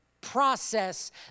process